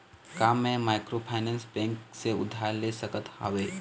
का मैं microfinance bank से उधार ले सकत हावे?